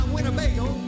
Winnebago